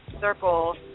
circle